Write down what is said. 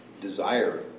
desire